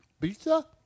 Pizza